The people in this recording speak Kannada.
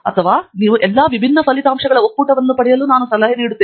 ಅಥವಾ ನೀವು ಎಲ್ಲಾ ವಿಭಿನ್ನ ಫಲಿತಾಂಶಗಳ ಒಕ್ಕೂಟವನ್ನು ಪಡೆಯಲು ನಾನು ಸಲಹೆ ನೀಡುತ್ತೇನೆ